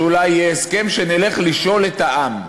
שאולי יהיה הסכם שנלך לשאול לגביו את העם.